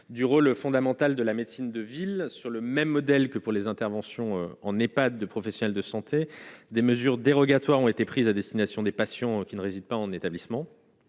du rôle fondamental de la médecine de ville, sur le même modèle que pour les interventions en n'est pas de professionnels de santé, des mesures dérogatoires ont été prises à destination des patients qui ne résident pas en établissement,